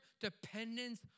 dependence